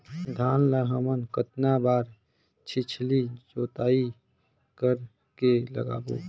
धान ला हमन कतना बार छिछली जोताई कर के लगाबो?